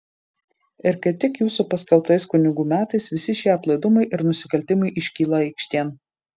ir kaip tik jūsų paskelbtais kunigų metais visi šie aplaidumai ir nusikaltimai iškyla aikštėn